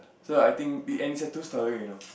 so I think it end and it's two storey you know